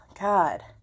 God